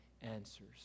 answers